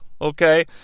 okay